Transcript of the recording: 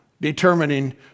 determining